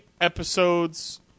episodes